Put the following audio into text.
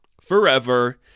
forever